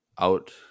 out